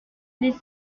les